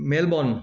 Melbourne